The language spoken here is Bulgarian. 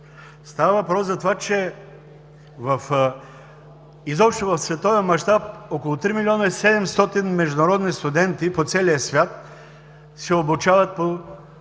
Става въпрос за това, че изобщо в световен мащаб около 3 млн. 700 хиляди международни студенти по целия свят се обучават като